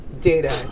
data